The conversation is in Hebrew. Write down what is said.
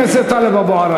חבר הכנסת טלב אבו עראר.